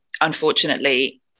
unfortunately